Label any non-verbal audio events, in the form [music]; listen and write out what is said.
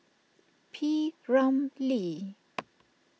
P Ramlee [noise]